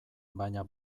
baina